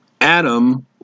Adam